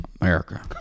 America